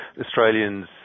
Australians